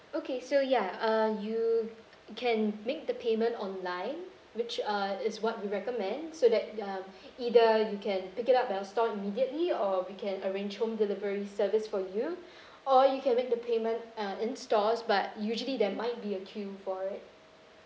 okay so ya uh you can make the payment online which uh is what we recommend so that y~ um either you can pick it up at our store immediately or we can arrange home delivery service for you or you can make the payment uh in stores but usually there might be a queue for it